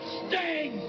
sting